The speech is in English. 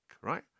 right